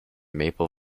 maple